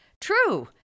True